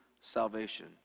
salvation